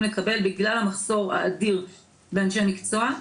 לקבל בגלל המחסור האדיר באנשי המקצוע.